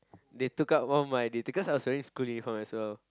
they took out one my they because I was wearing school uniform as well